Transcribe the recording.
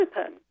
open